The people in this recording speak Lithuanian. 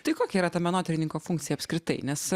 tai kokia ta menotyrininko funkcija apskritai nes